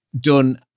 done